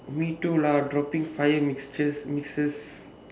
me too lah dropping